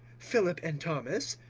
philip and thomas,